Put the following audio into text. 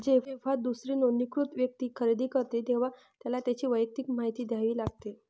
जेव्हा दुसरी नोंदणीकृत व्यक्ती खरेदी करते, तेव्हा त्याला त्याची वैयक्तिक माहिती द्यावी लागते